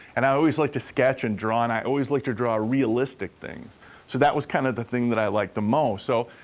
and i always liked to sketch and draw, and i always liked to draw realistic things, so that was kinda kind of the thing that i liked the most. so,